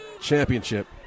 Championship